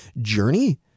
Journey